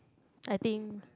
I think